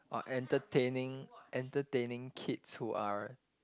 or entertaining entertaining kids who are